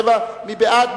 37). מי בעד?